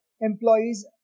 employees